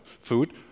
food